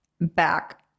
back